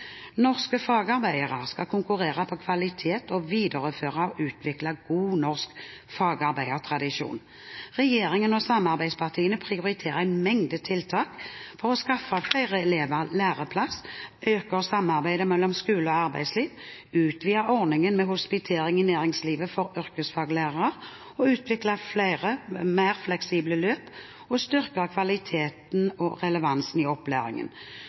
Norske fagarbeidere skal konkurrere på kvalitet og videreføre og utvikle god norsk fagarbeidertradisjon. Regjeringen og samarbeidspartiene prioriterer en mengde tiltak for å skaffe flere elever læreplass, øke samarbeidet mellom skole og arbeidsliv, utvide ordningen med hospitering i næringslivet for yrkesfaglærere, og utvikle mer fleksible løp og styrke kvaliteten og relevansen i opplæringen.